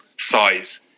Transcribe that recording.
size